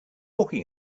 talking